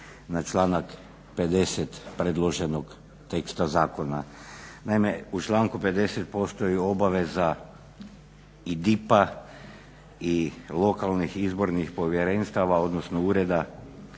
na članak 50.predloženog teksta zakona. Naime, u članku 50% je obaveza i DIP-a i lokalnih izbornih povjerenstava odnosno ureda